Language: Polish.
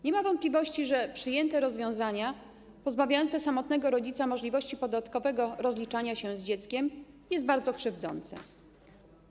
Nie ma wątpliwości, że przyjęte rozwiązanie, pozbawiające samotnego rodzica możliwości podatkowego rozliczania się z dzieckiem, jest bardzo krzywdzące.